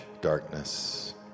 darkness